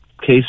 case